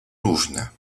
różne